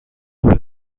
روبه